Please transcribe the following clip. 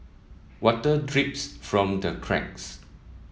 water drips from the cracks